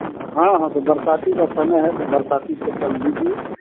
हाँ हाँ तो बरसाती का समय है तो बरसाती चप्पल लीजिए